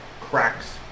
cracks